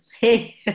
Hey